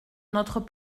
notre